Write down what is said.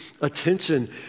attention